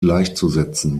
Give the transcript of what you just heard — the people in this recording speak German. gleichzusetzen